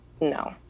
no